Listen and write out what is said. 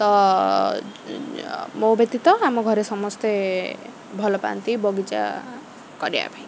ତ ମୋ ବ୍ୟତୀତ ଆମ ଘରେ ସମସ୍ତେ ଭଲ ପାଆନ୍ତି ବଗିଚା କରିବା ପାଇଁକି